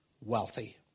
wealthy